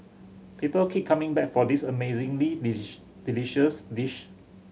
people keep coming back for this amazingly delicious dish